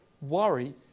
Worry